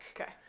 okay